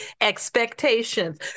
expectations